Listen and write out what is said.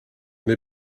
neu